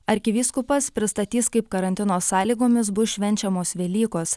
arkivyskupas pristatys kaip karantino sąlygomis bus švenčiamos velykos